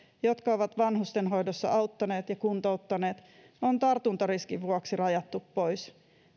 jotka ovat vanhustenhoidossa auttaneet ja kuntouttaneet on tartuntariskin vuoksi rajattu pois